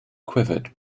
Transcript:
quivered